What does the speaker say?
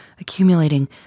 accumulating